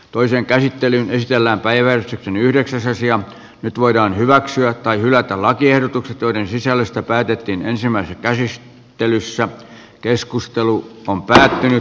toisen käsittelyn ja siellä päivän yhdeksäs asian nyt voidaan hyväksyä tai hylätä lakiehdotukset joiden sisällöstä päätettiin ensimmäisen kärjisttelyssä keskustelu on päättynyt